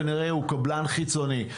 כנראה שהוא קבלן חיצוני.